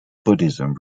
buddhism